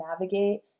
navigate